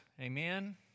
amen